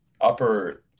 upper